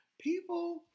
people